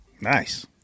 Nice